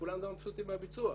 וכולם גם מבסוטים מהביצוע.